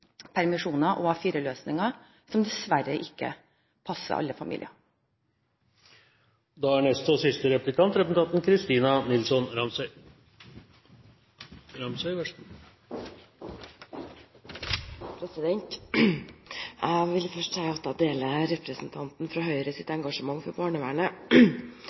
permisjoner og A4-løsninger, som dessverre ikke passer alle familier. Jeg vil først si at jeg deler engasjementet til representanten fra Høyre for barnevernet.